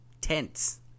tense